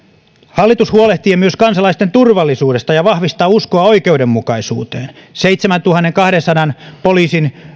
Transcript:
hallitus huolehtii myös kansalaisten turvallisuudesta ja vahvistaa uskoa oikeudenmukaisuuteen seitsemäntuhannenkahdensadan poliisin